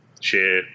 share